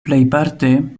plejparte